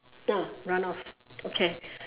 ah run off okay